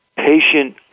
patient